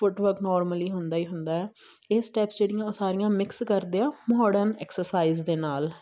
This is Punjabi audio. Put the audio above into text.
ਫੁੱਟਵਰਕ ਨੋਰਮਲੀ ਹੁੰਦਾ ਹੀ ਹੁੰਦਾ ਇਹ ਸਟੈਪਸ ਜਿਹੜੀਆਂ ਉਹ ਸਾਰੀਆਂ ਮਿਕਸ ਕਰਦੇ ਆ ਮੋਰਡਨ ਐਕਸਰਸਾਈਜ਼ ਦੇ ਨਾਲ